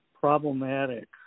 problematic